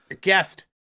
guest